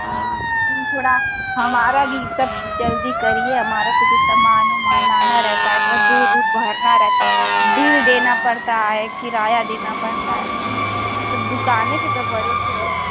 हँ थोड़ा हमारा भी हिसाब जल्दी करिए हमारे को भी सामान उमान लाना रहता है फिर अब दूध उध भरना रहता है बिल देना पड़ता है किराया देना पड़ता है त दुकाने के त भरोसे हैं